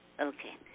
Okay